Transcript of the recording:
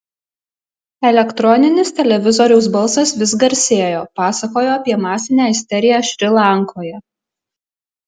elektroninis televizoriaus balsas vis garsėjo pasakojo apie masinę isteriją šri lankoje